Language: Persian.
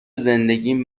زندگیم